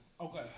Okay